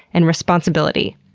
and responsibility.